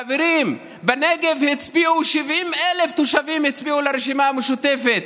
חברים, בנגב הצביעו 70,000 תושבים לרשימה המשותפת,